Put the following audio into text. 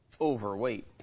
overweight